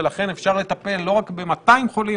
ולכן אפשר לטפל לא רק ב-200 חולים,